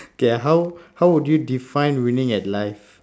okay how how would you define winning at life